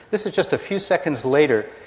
this is just a few seconds later,